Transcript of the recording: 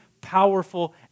powerful